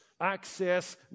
access